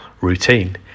routine